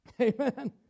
Amen